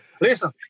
Listen